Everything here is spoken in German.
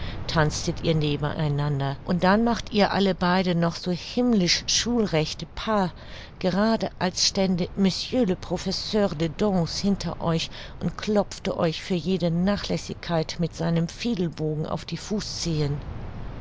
tanztet ihr neben einander und dann macht ihr alle beide noch so himmlisch schulrechte pas gerade als stände mr le professeur de danse hinter euch und klopfte euch für jede nachlässigkeit mit seinem fidelbogen auf die fußzehen